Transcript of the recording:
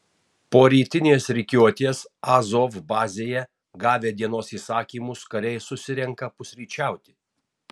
po rytinės rikiuotės azov bazėje gavę dienos įsakymus kariai susirenka pusryčiauti